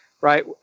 right